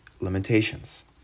limitations